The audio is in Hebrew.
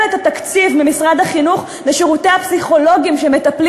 את תקציב משרד החינוך לשירותי הפסיכולוגים שמטפלים